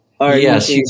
Yes